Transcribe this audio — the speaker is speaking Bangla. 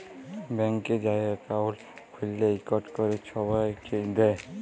ব্যাংকে যাঁয়ে একাউল্ট খ্যুইলে ইকট ক্যরে ছবাইকে দেয়